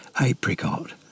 apricot